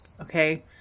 okay